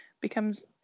becomes